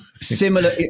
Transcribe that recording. Similar